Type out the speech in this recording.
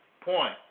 point